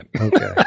Okay